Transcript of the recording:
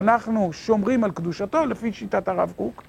אנחנו שומרים על קדושתו לפי שיטת הרב קוק.